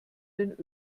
den